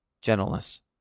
gentleness